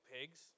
pigs